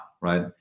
right